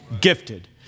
Gifted